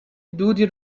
دودی